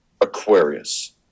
Aquarius